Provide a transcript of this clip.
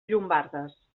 llombardes